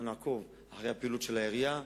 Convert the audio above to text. אנחנו נעקוב אחר הפעילות של העירייה,